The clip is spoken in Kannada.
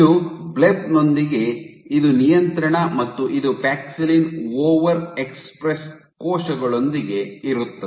ಇದು ಬ್ಲೆಬ್ ನೊಂದಿಗೆ ಇದು ನಿಯಂತ್ರಣ ಮತ್ತು ಇದು ಪ್ಯಾಕ್ಸಿಲಿನ್ ಓವರ್ ಎಕ್ಸ್ಪ್ರೆಸ್ ಕೋಶಗಳೊಂದಿಗೆ ಇರುತ್ತದೆ